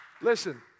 Listen